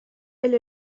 elle